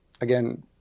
again